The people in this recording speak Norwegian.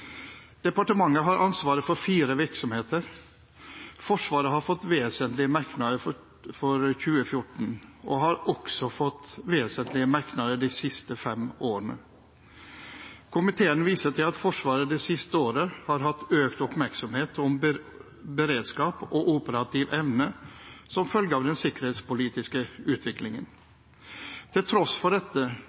Departementet har ansvaret for fire virksomheter. Forsvaret har fått vesentlige merknader for 2014 og har også fått vesentlige merknader de siste fem årene. Komiteen viser til at Forsvaret det siste året har hatt økt oppmerksomhet på beredskap og operativ evne som følge av den sikkerhetspolitiske utviklingen. Til tross for dette